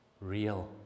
real